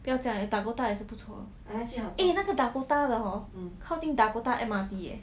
不要这样 eh dakota 也是不错 eh 那个 dakota 的 hor 靠近 dakota M_R_T eh